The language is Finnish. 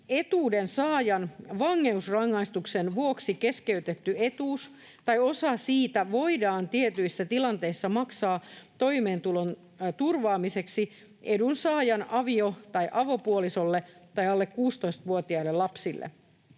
etuudensaajan vankeusrangaistuksen vuoksi keskeytetty etuus tai osa siitä voidaan tietyissä tilanteissa maksaa toimeentulon turvaamiseksi edunsaajan avio- tai avopuolisolle tai alle 16-vuotiaille lapsille.